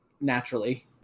naturally